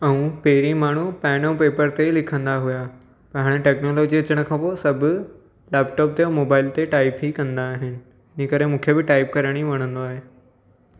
ऐं पहिरीं माण्हू पेन ऐं पेपर ते ई लिखंदा हुया ऐं हाणे टैक्नोलॉजी अचण खां पोइ सभु लेपटॉप ते ऐं मोबाइल ते टाइप ई कंदा आहिनि हीअ करे मूंखे बि टाइप करण ई वणंदो आहे